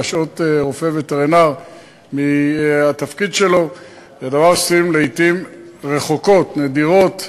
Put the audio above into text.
להשעות רופא וטרינר מהתפקיד שלו זה דבר שעושים לעתים רחוקות ונדירות,